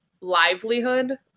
livelihood